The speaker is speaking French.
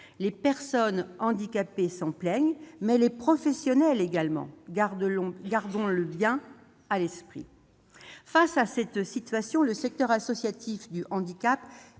Les personnes handicapées s'en plaignent, les professionnels également- gardons-le bien à l'esprit ! Face à cette situation, le secteur associatif du handicap